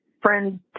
friend